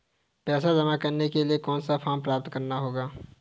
पैसा जमा करने के लिए कौन सा फॉर्म प्राप्त करना होगा?